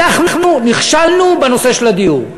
אנחנו נכשלנו בנושא של הדיור.